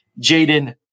Jaden